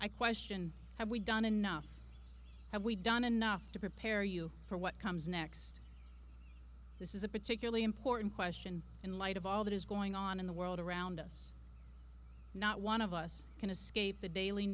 i question have we done enough have we done enough to prepare you for what comes next this is a particularly important question in light of all that is going on in the world around us not one of us can escape the daily